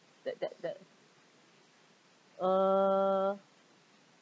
that that that err